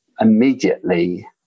immediately